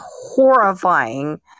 horrifying